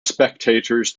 spectators